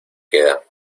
queda